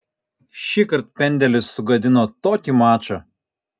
šįkart pendelis sugadino tokį mačą